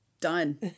done